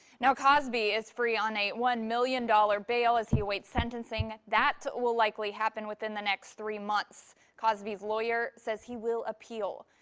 cosby is free on a one million dollar bail as he awaits sentencing. that will likely happen within the next three months cosby's lawyer says he will appeal.